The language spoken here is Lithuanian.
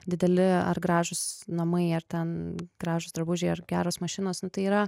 dideli ar gražūs namai ar ten gražūs drabužiai ar geros mašinos nu tai yra